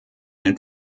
den